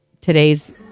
today's